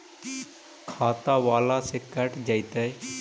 खाता बाला से कट जयतैय?